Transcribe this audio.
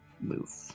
move